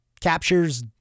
captures